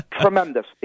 Tremendous